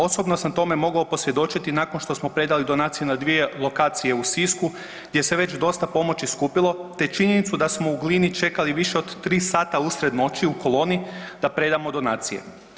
Osobno sam tome mogao posvjedočiti nakon što smo predali donacije na dvije lokacije u Sisku gdje se već dosta pomoći skupilo te činjenicu da smo u Glini čekali više od 3 sata usred noći u koloni da predamo donacije.